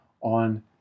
on